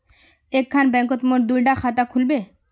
एक खान बैंकोत मोर दुई डा खाता खुल बे?